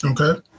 Okay